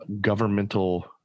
governmental